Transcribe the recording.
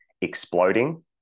exploding